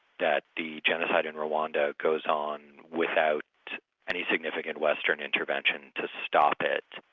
that the genocide in rwanda goes on without any significant western intervention to stop it,